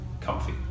comfy